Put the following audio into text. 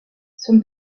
son